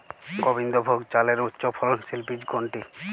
গোবিন্দভোগ চালের উচ্চফলনশীল বীজ কোনটি?